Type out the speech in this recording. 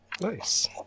Nice